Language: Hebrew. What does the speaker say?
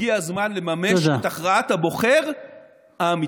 הגיע הזמן לממש את הכרעת הבוחר האמיתית.